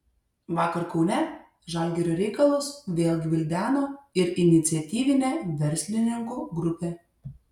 vakar kaune žalgirio reikalus vėl gvildeno ir iniciatyvinė verslininkų grupė